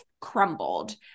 crumbled